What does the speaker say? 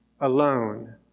alone